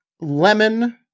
lemon